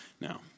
now